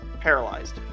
Paralyzed